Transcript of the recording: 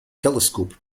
telescope